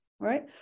right